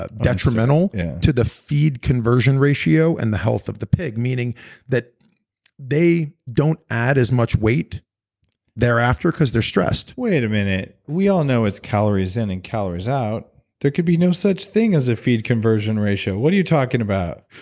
ah detrimental to the feed conversion ratio and the health of the pig. meaning that they don't add as much weight thereafter because they're stressed wait a minute, we all know it's calories in and calories out. there could be no such thing as a feed conversion ratio. what are you talking about?